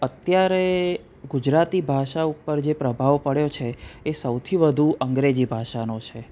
તો અત્યારે ગુજરાતી ભાષા ઉપર જે પ્રભાવ પડ્યો છે એ સૌથી વધુ અંગ્રેજી ભાષાનો છે